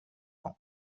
ans